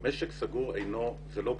משק סגור הוא לא גחמה.